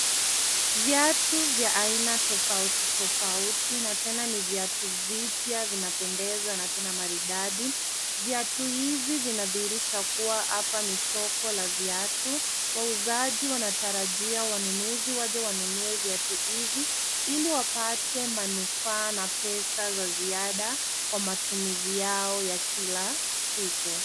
Viatu vya aina tofauti tofauti na tena ni viatu vipya vinapendeza na tena maridadi. Viatu hivi vinadhihirisha kuwa hapa ni soko la viatu, wauzaji wanatarajia wanunuzi waje wanunue viatu hivi ili wapate manufaa na pesa za ziada kwa matumizi yao ya kila siku.